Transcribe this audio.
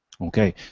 Okay